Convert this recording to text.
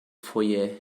foyer